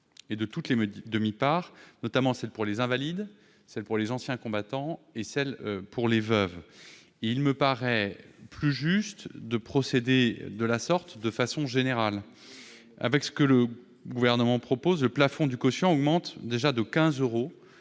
et de toutes les demi-parts, notamment celles pour les invalides, les anciens combattants et les veuves. Il me paraît plus juste de procéder de la sorte, de façon générale. Avec la proposition du Gouvernement, le plafond du quotient augmente déjà de 15 euros